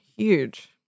Huge